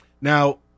Now